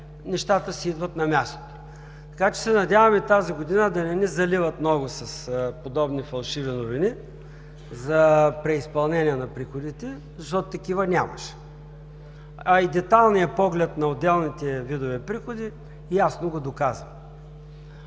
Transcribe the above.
нещата си идват на мястото. Надяваме се тази година да не заливат много с подобни фалшиви новини за преизпълнение на приходите, защото такива нямаше. А и детайлния поглед на отделните видове приходи ясно го доказа.